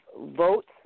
votes